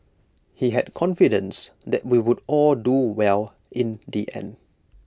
he had confidence that we would all do well in the end